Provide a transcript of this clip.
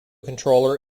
controller